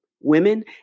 women